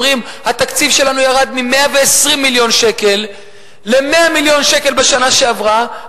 אומרים: התקציב שלנו ירד מ-120 מיליון שקל ל-100 מיליון שקל בשנה שעברה,